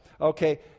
okay